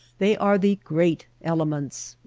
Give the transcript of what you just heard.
they are the great elements.